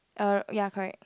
err ya correct